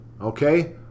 okay